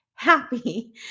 happy